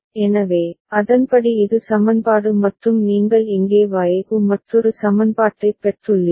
எனவே அதன்படி இது சமன்பாடு மற்றும் நீங்கள் இங்கே Y க்கு மற்றொரு சமன்பாட்டைப் பெற்றுள்ளீர்கள்